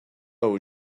aux